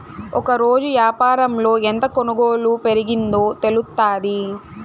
ఒకరోజు యాపారంలో ఎంత కొనుగోలు పెరిగిందో తెలుత్తాది